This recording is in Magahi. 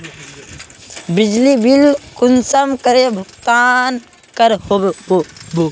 बिजली बिल कुंसम करे भुगतान कर बो?